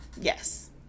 yes